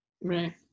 right